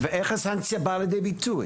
ואיך הסנקציות באות לידי ביטוי?